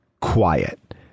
quiet